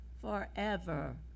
Forever